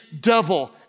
devil